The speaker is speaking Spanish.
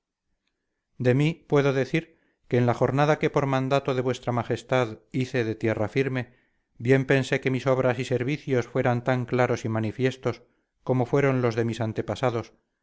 de mí puedo decir que en la jornada que por mandado de vuestra majestad hice de tierra firme bien pensé que mis obras y servicios fueran tan claros y manifiestos como fueron los de mis antepasados